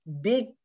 big